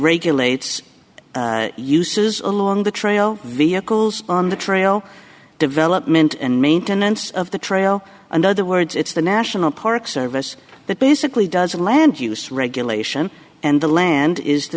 regulates uses along the trail vehicles on the trail development and maintenance of the trail and other words it's the national park service that basically does land use regulation and the land is the